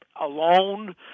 alone